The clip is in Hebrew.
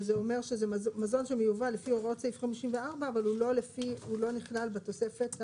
וזה אומר שזה מזון שמיובא לפי הוראות סעיף 54 אבל הוא לא נכלל בתוספת.